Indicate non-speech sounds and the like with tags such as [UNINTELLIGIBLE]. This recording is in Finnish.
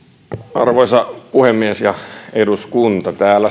arvoisa puhemies ja eduskunta täällä [UNINTELLIGIBLE]